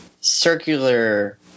circular